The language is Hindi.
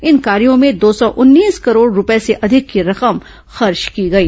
इन कार्यो में दो सौ उन्नीस करोड़ रूपये से अधिक की रकम खर्च की गई